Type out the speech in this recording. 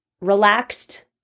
relaxed